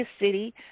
city